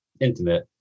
intimate